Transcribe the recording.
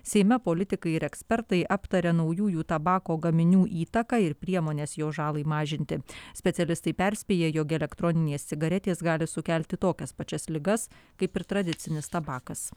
seime politikai ir ekspertai aptaria naujųjų tabako gaminių įtaką ir priemones jo žalai mažinti specialistai perspėja jog elektroninės cigaretės gali sukelti tokias pačias ligas kaip ir tradicinis tabakas